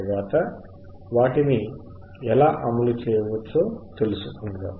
తరువాత వాటిని ఎలా అమలు చేయవచ్చో తెలుసుకుందాం